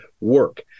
work